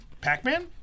Pac-Man